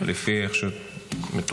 לפי איך שמתוכנן.